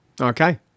Okay